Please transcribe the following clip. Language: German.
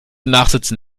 nachsitzen